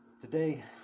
Today